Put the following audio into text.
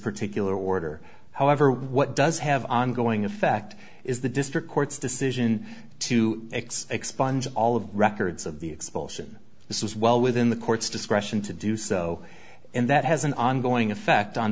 particular order however what does have ongoing effect is the district court's decision to axe expunge all of the records of the expulsion this is well within the court's discretion to do so and that has an ongoing effect on